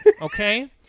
okay